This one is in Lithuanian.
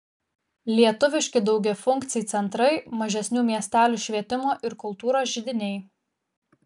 lietuviški daugiafunkciai centrai mažesnių miestelių švietimo ir kultūros židiniai